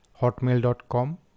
hotmail.com